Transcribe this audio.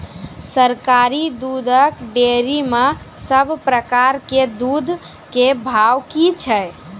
सरकारी दुग्धक डेयरी मे सब प्रकारक दूधक भाव की छै?